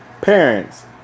parents